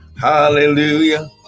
Hallelujah